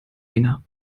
länger